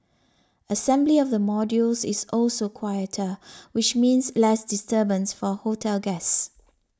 assembly of the modules is also quieter which means less disturbance for hotel guests